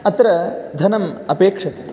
अत्र धनम् अपेक्षते